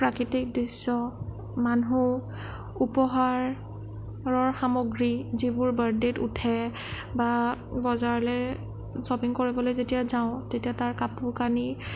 প্ৰাকৃতিক দৃশ্য মানুহ উপহাৰৰ সামগ্ৰী যিবোৰ বাৰ্থদে'ত উঠে বা বজাৰলৈ শ্বপিং কৰিবলৈ যেতিয়া যাওঁ তেতিয়া তাৰ কাপোৰ কানি